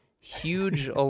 huge